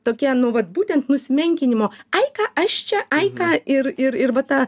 tokia nu vat būtent nusimenkinimo ai ką aš čia ai ką ir ir ir va ta